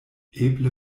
eble